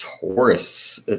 Taurus